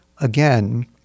again